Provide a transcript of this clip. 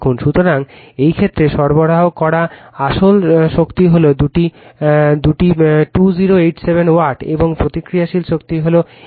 সুতরাং এই ক্ষেত্রে সরবরাহ করা আসল শক্তি হল দুটি 2087 ওয়াট এবং প্রতিক্রিয়াশীল শক্তি হল 8346 var